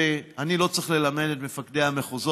אני לא צריך ללמד את מפקדי המחוזות,